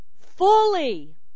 fully